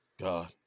God